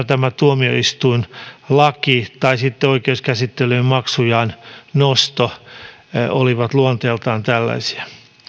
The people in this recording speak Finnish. tämä tuomioistuinlaki tai oikeuskäsittelyjen maksujen nosto olivat luonteeltaan tällaisia